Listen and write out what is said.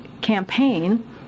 Campaign